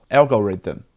Algorithm 》 。